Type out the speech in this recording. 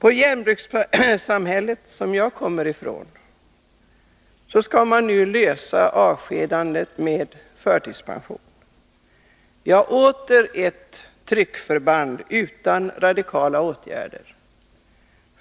I järnbrukssamhället som jag kommer ifrån skall man nu klara avskedanden med förtidspension. Åter ett tryckförband utan radikala åtgärder.